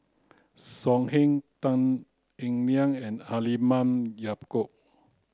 So Heng Tan Eng Liang and Halimah Yacob